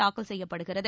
தாக்கல் செய்யப்படுகிறது